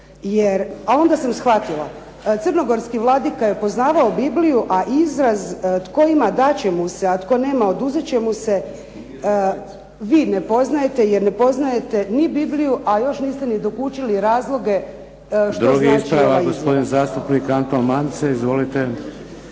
jer, a onda sam shvatila. Crnogorski vladika je poznavao Bibliju, a izraz tko ima dat će mu se, a tko nema oduzet će mu se vi ne poznajete, jer ne poznajete ni Bibliju, a još niste ni dokučili razloge što znači ova izjava.